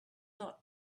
not